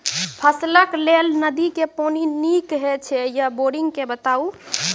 फसलक लेल नदी के पानि नीक हे छै या बोरिंग के बताऊ?